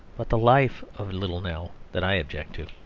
but the life of little nell, that i object to.